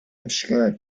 obscure